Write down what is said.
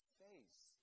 face